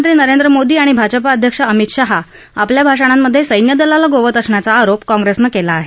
प्रधानमंत्री नरेंद्र मोदी आणि भाजपा अध्यक्ष अमीत शहा आपल्या भाषणांमध्ये सैन्यदलाला गोवत असल्याचा आरोप काँग्रेसनं केला आहे